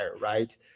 right